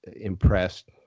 impressed